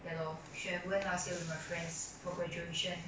ya lor should have went last year with my friends for graduation